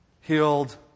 healed